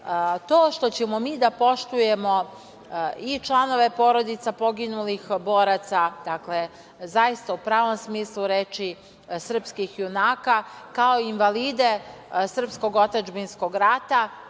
to što ćemo mi da poštujemo i članove porodica poginulih boraca, dakle zaista u pravom smislu reči sprskih junaka, kao i invalide srpskog otadžbinskog rata,